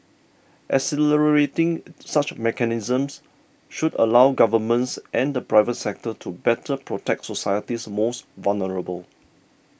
accelerating such mechanisms should allow governments and the private sector to better protect society's most vulnerable